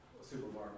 supermarket